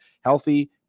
healthy